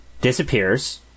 disappears